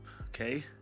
okay